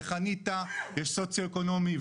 לחניתה יש סוציו אקונומי,